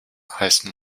heißen